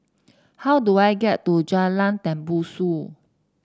how do I get to Jalan Tembusu